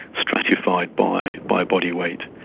stratified by by body weight.